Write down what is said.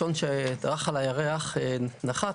כשהאסטרונאוט הראשון שדרך על הירח נחת,